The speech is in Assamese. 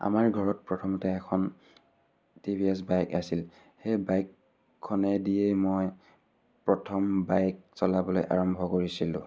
আমাৰ ঘৰত প্ৰথমতে এখন টি ভ এছ বাইক আছিল সেই বাইকখনেদিয়ে মই প্ৰথম বাইক চলাবলৈ আৰম্ভ কৰিছিলোঁ